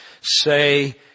say